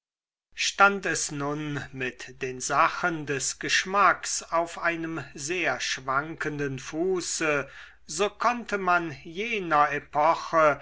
stand es nun mit den sachen des geschmacks auf einem sehr schwankenden fuße so konnte man jener epoche